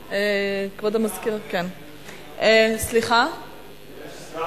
5525, 5527, 5528, 5538, 5542, 5544,